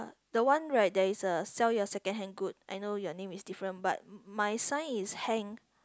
the one where there's a sell your secondhand goods I know your name is different but my sign is hanged